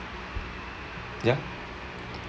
ya